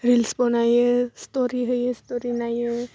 reels बनायो story होयो story नायो